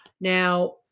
Now